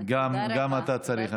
גם אתה צריך.